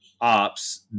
ops